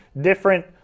different